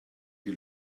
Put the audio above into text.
die